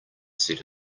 set